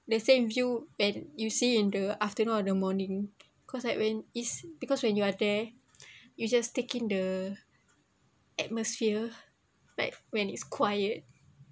the same view that you see in the afternoon and the morning cause like when is because when you are there you just taking the atmosphere like when it's quiet